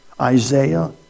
Isaiah